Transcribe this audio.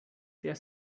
der